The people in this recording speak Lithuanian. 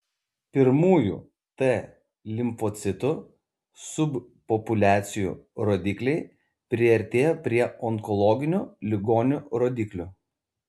pirmųjų t limfocitų subpopuliacijų rodikliai priartėjo prie onkologinių ligonių rodiklių